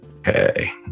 Okay